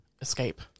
escape